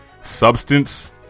substance